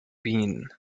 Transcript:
been